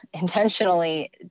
intentionally